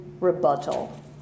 rebuttal